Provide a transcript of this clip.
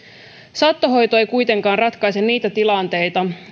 saattohoito ei kuitenkaan ratkaise niitä tilanteita